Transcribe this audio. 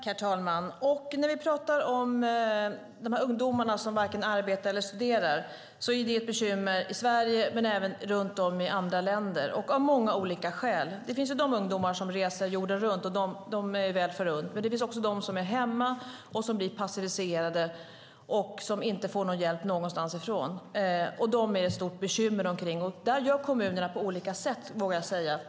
Herr talman! När vi talar om de ungdomar som varken arbetar eller studerar är det ett bekymmer i Sverige men även runt om i andra länder. Det finns många olika skäl till det. Det finns ungdomar som reser jorden runt, och det är de väl förunnat. Men det finns också ungdomar som är hemma, som blir passiviserade och som inte får någon hjälp någonstans. Det finns ett stort bekymmer med dem. Där gör kommunerna på olika sätt, vågar jag säga.